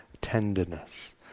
tenderness